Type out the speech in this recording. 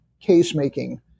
case-making